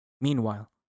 Meanwhile